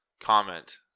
comment